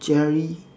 jelly